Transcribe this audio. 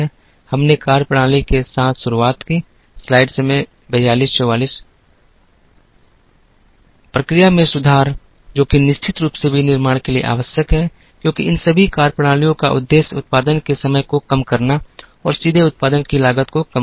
हमने कार्यप्रणाली के साथ शुरुआत की प्रक्रिया में सुधार जो कि निश्चित रूप से विनिर्माण के लिए आवश्यक है क्योंकि इन सभी कार्यप्रणालियों का उद्देश्य उत्पादन के समय को कम करना और सीधे उत्पादन की लागत को कम करना है